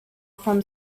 from